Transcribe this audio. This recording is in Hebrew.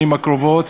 הקרובות.